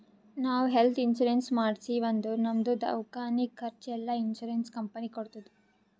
ನಾವ್ health insurance ಮಾಡ್ಸಿವ್ ಅಂದುರ್ ನಮ್ದು ದವ್ಕಾನಿ ಖರ್ಚ್ ಎಲ್ಲಾ ಇನ್ಸೂರೆನ್ಸ್ ಕಂಪನಿ ಕೊಡ್ತುದ್